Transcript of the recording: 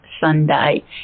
Sunday